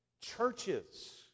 churches